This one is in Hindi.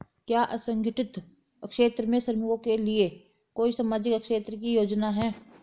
क्या असंगठित क्षेत्र के श्रमिकों के लिए कोई सामाजिक क्षेत्र की योजना है?